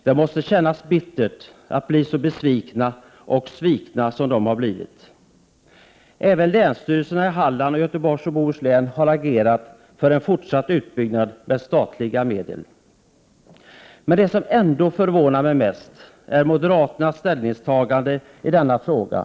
Det måste kännas bittert att behöva bli så besviken och sviken som de här kommunerna har blivit. Även länsstyrelserna i Halland, Göteborg och Bohuslän har agerat för en fortsatt utbyggnad med statliga medel. Men det som förvånar mig mest är moderaternas ställningstagande i denna fråga.